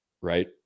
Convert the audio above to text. right